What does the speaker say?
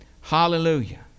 Hallelujah